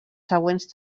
següents